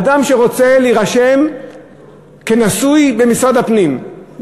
אדם שרוצה להירשם כנשוי במשרד הפנים,